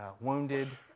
wounded